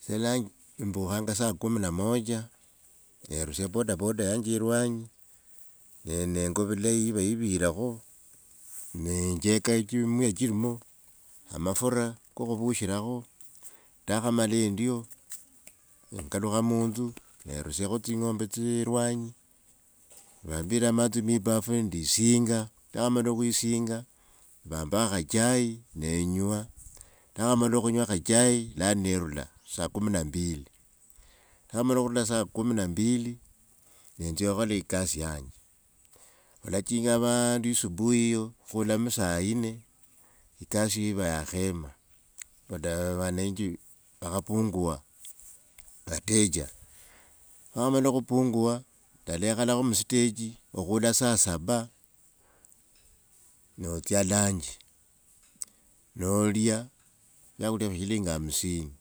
Ese lai embukhanga saa kumi na moja nerusia ebodaboda yange ilwanyi eenga vulayi iva niiviyilakhu, nenjeka miuya nichilimo amafura ko khuvushilakhu ndakhamala endio nengalukha munzu, nerusiakho tsing’ombe tsiilwanyi nivambira amatsi mwibafu tsisinga, ninakhamala khwisinga nivamba khachai, nenywa nakhamala khunywa khachai, lano nerula saa kumi na mbili, nakhamala khurula saa kumi na mbili netsya khola ekasi yanje. Khulachinga vaandu subuhiyo khula msaine ekasiyo iva yakhema bata avananji vakhapunguwa vatecha. Nivakhamaya khupunguwa ndalekhalakho mustachi okhula saa saba, notsya lanji, nolia vyakhulia vya shilingi hamusini,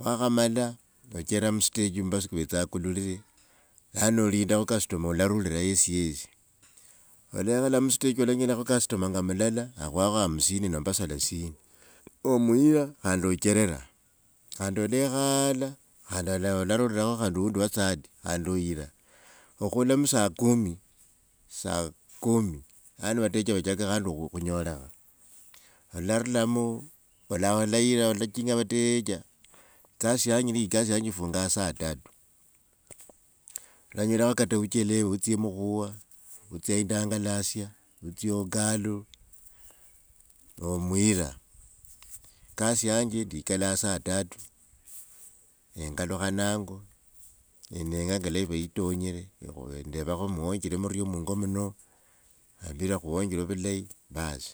niwakhamala nokalukha mustachi mbasu kuvetsa kulure, lano olindakho customer ularulilakho yeyiyesi. olekhala mustaji onyola vakastoma shinga mulala nakhwakho amusini nomba salasini omuyila khandi ochelela khandi olekhaala khadi alarurakho khandi owundi wa tsati, khandi oyila. Okhula msakumi saa kumi lano vatecha vachaka khandi khunyolekha, olarulamo olayiii olachinga avatech ekasi yanje niliekasi yanje efungaa saa tatu. Olanyolakho kata uchelewe utsi emukhuwa utsya indangalasia, utsya okalu, nomuyila ekasi yange itikala saa tatu nengalukha nango, neingakala ivaniitonyile mendevakho muwonjile muriena mungo mumo, vambila khuwonjile vulayi basi.